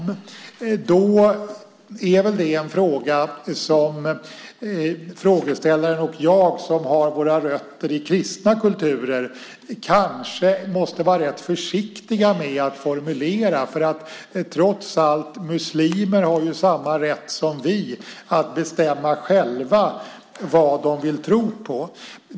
Men det är väl en fråga som frågeställaren och jag, som båda har rötterna i kristna kulturer, kanske måste vara rätt försiktiga med att formulera. Muslimer har trots allt samma rätt som vi att själva bestämma vad de vill tro på.